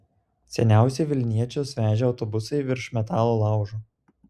seniausi vilniečius vežę autobusai virs metalo laužu